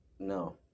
No